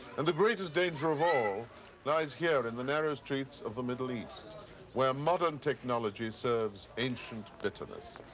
and the greatest danger of all lies here in the narrow streets of the middle east where modern technology serves ancient bitterness.